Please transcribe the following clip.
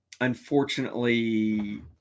unfortunately